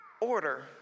order